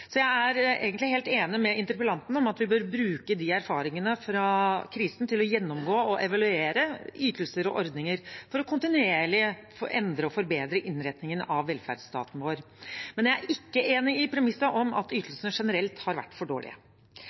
Jeg er egentlig helt enig med interpellanten i at vi bør bruke erfaringene fra krisen til å gjennomgå og evaluere ytelser og ordninger for kontinuerlig å endre og forbedre innretningen av velferdsstaten vår. Men jeg er ikke enig i premisset om at ytelsene generelt har vært for dårlige.